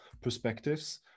perspectives